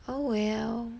oh well